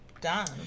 done